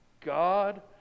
God